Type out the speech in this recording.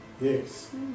Yes